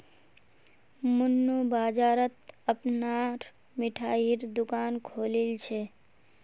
मन्नू बाजारत अपनार मिठाईर दुकान खोलील छ